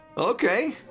Okay